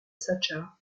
thatcher